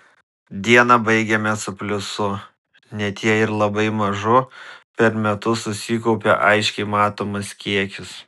dieną baigiame su pliusu net jei ir labai mažu per metus susikaupia aiškiai matomas kiekis